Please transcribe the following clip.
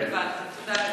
ואז הוא הולך לשדה.